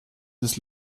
des